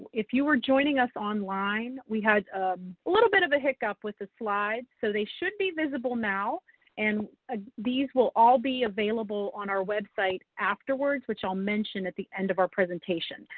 if you are joining us online, we had a little bit of a hiccup with the slides so they should be visible now and ah these will all be available on our website afterwards which i'll mention at the end of our presentation,